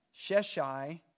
Sheshai